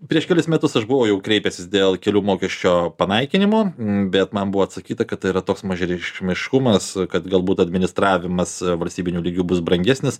prieš kelis metus aš buvau jau kreipęsis dėl kelių mokesčio panaikinimo bet man buvo atsakyta kad tai yra toks mažareikšmiškumas kad galbūt administravimas valstybiniu lygiu bus brangesnis